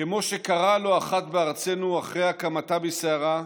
כמו שקרה לא אחת בארצנו אחרי הקמתה בסערה,